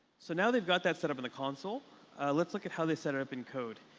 so now they've got that set up in the console let's look at how they set it up in code.